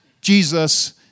Jesus